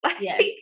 Yes